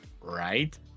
right